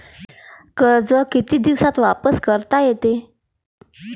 कर्ज कितीक दिवसात वापस करता येते?